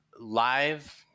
Live